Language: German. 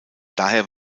daher